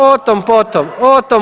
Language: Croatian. O tom, po tom.